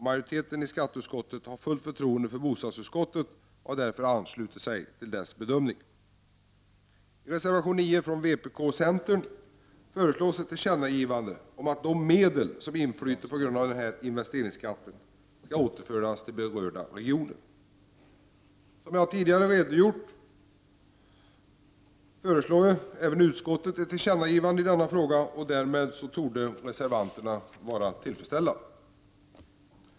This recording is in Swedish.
Majoriteten i skatteutskottet har fullt förtroende för bostadsutskottet och har därför anslutit sig till dess bedömning. I reservation 9 från vpk och centern föreslås ett tillkännagivande om att de medel som inflyter till följd av denna investeringsskatt skall återföras till berörda regioner. Som jag tidigare redovisat föreslår även utskottet ett tillkännagivande i denna fråga, och därmed borde reservanterna vara nöjda.